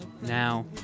Now